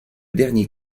dernier